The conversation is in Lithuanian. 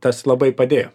tas labai padėjo